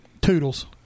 toodles